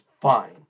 fine